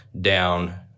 down